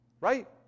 right